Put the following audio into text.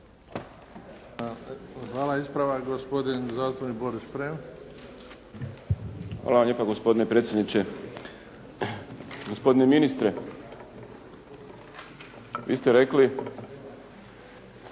Hvala lijepa gospodine predsjedniče. Gospodine ministre, vi ste rekli,